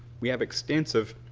we have extensive